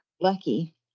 lucky